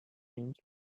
dreams